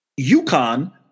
UConn